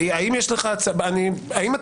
אתה יודע מה?